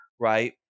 right